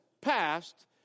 passed